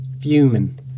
fuming